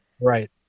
right